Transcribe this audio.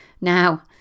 Now